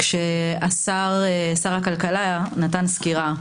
כששר הכלכלה נתן סקירה.